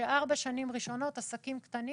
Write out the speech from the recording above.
שארבע שנים ראשונות, עסקים קטנים